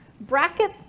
bracket